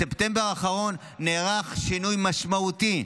בספטמבר האחרון נערך שינוי משמעותי,